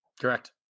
Correct